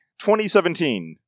2017